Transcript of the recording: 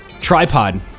tripod